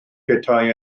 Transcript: petai